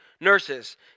nurses